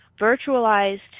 virtualized